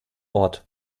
ort